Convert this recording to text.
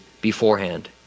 beforehand